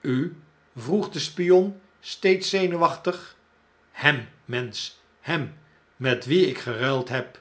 u vroeg de spion steeds zenuwachtig a hem mensch hem met wien ik geruild heb